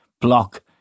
block